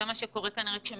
זה מה שקורה כנראה כשמנותקים